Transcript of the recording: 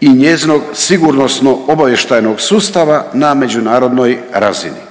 i njezinog sigurnosno-obavještajnog sustava na međunarodnoj razini.